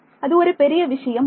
அது ஒரு பெரிய விஷயம் அல்ல